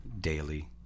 daily